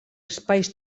espais